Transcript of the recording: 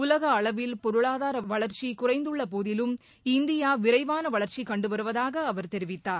உலக அளவில் பொருளாதார வளர்ச்சி குறைந்துள்ள போதிலும் இந்தியா விரைவான வளர்ச்சி கண்டுவருவதாக அவர் தெரிவித்தார்